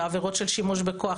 בעבירות של שימוש בכוח,